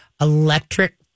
electric